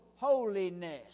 holiness